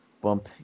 bump